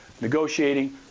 negotiating